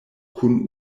kun